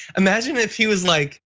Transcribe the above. imagine if he was like,